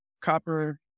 Copper